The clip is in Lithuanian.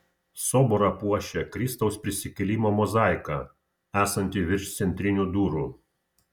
soborą puošia kristaus prisikėlimo mozaika esanti virš centrinių durų